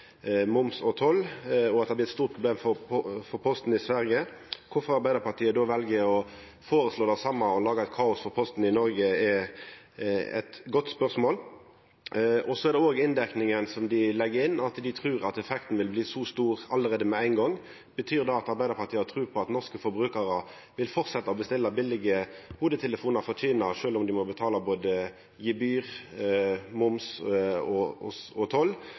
toll, og at det har vorte eit stort problem for Posten i Sverige. Kvifor Arbeidarpartiet då vel å føreslå det same, og laga kaos for Posten i Noreg, er eit godt spørsmål. Så er det òg inndekninga som dei legg inn, at dei trur at effekten vil bli så stor allereie med ein gong. Betyr det at Arbeidarpartiet har tru på at norske forbrukarar vil halda fram med å bestilla billige hovudtelefonar frå Kina sjølv om dei må betala både gebyr, moms og